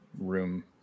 room